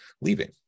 leaving